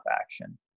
action